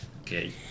Okay